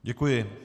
Děkuji.